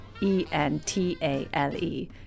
E-N-T-A-L-E